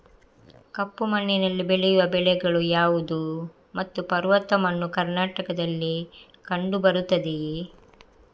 ಕಪ್ಪು ಮಣ್ಣಿನಲ್ಲಿ ಬೆಳೆಯುವ ಬೆಳೆಗಳು ಯಾವುದು ಮತ್ತು ಪರ್ವತ ಮಣ್ಣು ಕರ್ನಾಟಕದಲ್ಲಿ ಕಂಡುಬರುತ್ತದೆಯೇ?